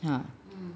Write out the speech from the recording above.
ha